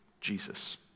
Jesus